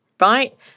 right